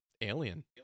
Alien